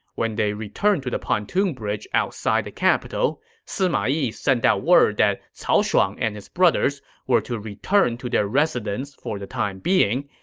when they returned to the pontoon bridge outside the capital, sima yi sent out word that cao shuang and his brothers were to return to their residence for the time being,